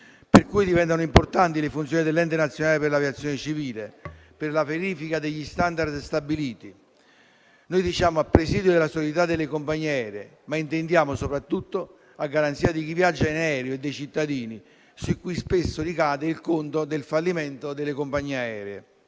per cui diventano importanti le funzioni dell'Ente nazionale per l'aviazione civile per la verifica degli *standard* stabiliti - noi diciamo - a presidio della solidità delle compagnie aeree, ma intendiamo soprattutto a garanzia di chi viaggia in aereo e dei cittadini, su cui spesso ricade il conto del fallimento delle compagnie aeree.